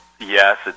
yes